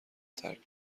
ترک